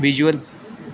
visual